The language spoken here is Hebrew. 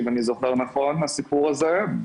אם אני זוכר נכון מהסיפור הזה.